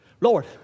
Lord